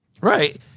Right